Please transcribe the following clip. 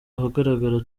ahagaragara